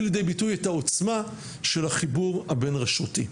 לידי ביטוי את העוצמה של החיבור הבין-רשותי.